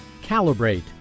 Calibrate